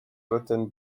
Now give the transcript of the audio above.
written